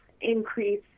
increase